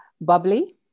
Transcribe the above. Bubbly